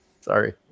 sorry